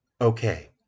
Okay